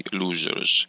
losers